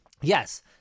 Yes